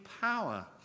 power